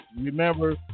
Remember